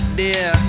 dear